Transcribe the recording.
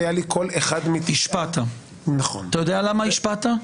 יודע למה השפעת?